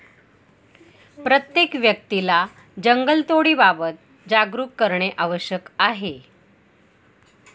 प्रत्येक व्यक्तीला जंगलतोडीबाबत जागरूक करणे आवश्यक आहे